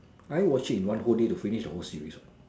I watch it in one whole day to finish the whole Series what